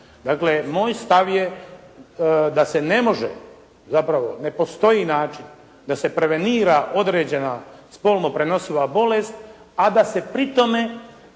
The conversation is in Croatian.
Dakle, moj stav je da se ne može, zapravo ne postoji način da se prevenira određena spolno prenosiva bolest, a da se pri tome